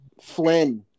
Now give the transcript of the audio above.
Flynn